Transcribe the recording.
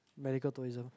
medical tourism